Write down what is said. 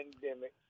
pandemic